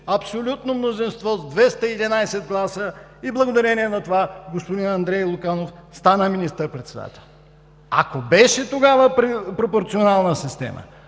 абсолютно мнозинство с 211 гласа – благодарение на това, господин Андрей Луканов стана министър-председател. Ако тогава системата